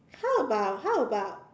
how about how about